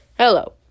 Hello